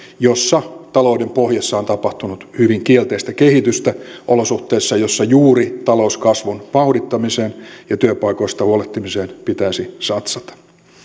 joissa talouden pohjassa on tapahtunut hyvin kielteistä kehitystä olosuhteissa joissa juuri talouskasvun vauhdittamiseen ja työpaikoista huolehtimiseen pitäisi satsata